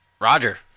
Roger